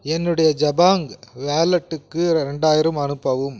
என்னுடைய ஜபாங் வாலெட்டுக்கு ரெண்டாயிரம் அனுப்பவும்